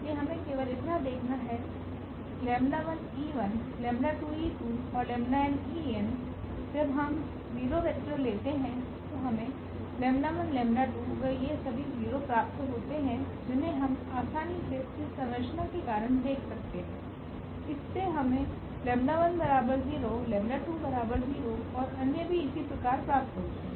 इसलिए हमें केवल इतना देखना है और जब हम 0 वेक्टर लेते है तो हमें व ये सभी 0 प्राप्त होते हैं जिन्हें हम आसानी से इस संरचना के कारण देख सकते है इससे हमें 00 और अन्य भी इसी प्रकार प्राप्त होते हैं